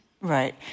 Right